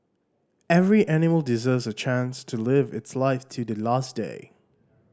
every animal deserves a chance to live its life till the last day